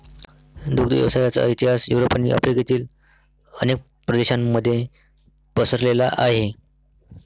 दुग्ध व्यवसायाचा इतिहास युरोप आणि आफ्रिकेतील अनेक प्रदेशांमध्ये पसरलेला आहे